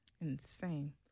Insane